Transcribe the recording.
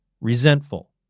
resentful